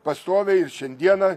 pastoviai ir šiandieną